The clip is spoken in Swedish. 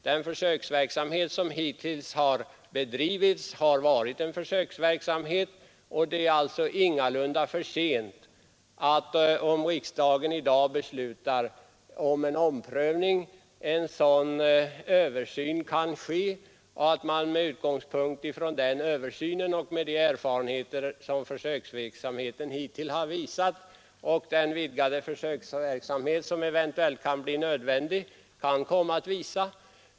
Den verksamhet som hittills har bedrivits har varit en försöksverksamhet, och det är ingalunda för sent, om riksdagen i dag beslutar om en omprövning, för att en sådan översyn skall kunna ske med utgångspunkt i de erfarenheter som försöksverksamheten hittills har visat och som den utvidgade försöksverksamhet, vilken eventuellt blir nödvändig, kan komma att visa.